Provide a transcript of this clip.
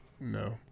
No